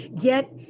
Get